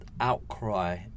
Outcry